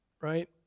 right